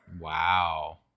Wow